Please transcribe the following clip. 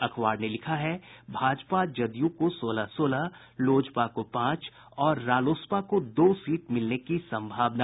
अखबार ने लिखा है भाजपा जदयू को सोलह सोलह लोजपा को पांच और रालोसपा को दो सीट मिलने की सम्भावना